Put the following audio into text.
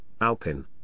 Alpin